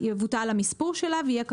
יבוטל המספור שלה ויהיה כתוב: